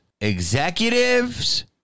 executives